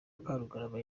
karugarama